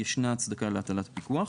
ישנה הצדקה להטלת הפיקוח,